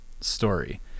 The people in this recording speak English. story